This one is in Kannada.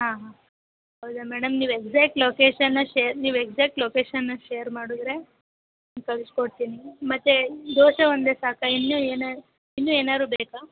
ಆಂ ಹಾಂ ಹೌದಾ ಮೇಡಮ್ ನೀವು ಎಗ್ಸ್ಯಾಕ್ಟ್ ಲೊಕೇಶನ್ನ ಶೇರ್ ನೀವು ಎಗ್ಸ್ಯಾಕ್ಟ್ ಲೊಕೇಶನ್ನ ಶೇರ್ ಮಾಡಿದ್ರೆ ಕಳ್ಸಿಕೊಡ್ತೀನಿ ಮತ್ತು ದೋಸೆ ಒಂದೇ ಸಾಕಾ ಇನ್ನೂ ಏನಾರೂ ಇನ್ನೂ ಏನಾದ್ರು ಬೇಕಾ